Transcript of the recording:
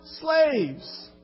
slaves